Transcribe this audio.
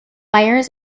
fires